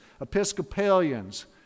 episcopalians